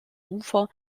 ufer